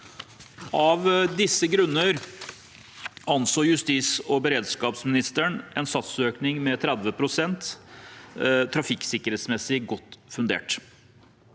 Av disse grunner anså justis- og beredskapsministeren en satsøkning på 30 pst. som trafikksikkerhetsmessig godt fundert.